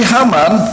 Haman